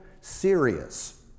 serious